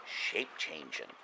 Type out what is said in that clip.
shape-changing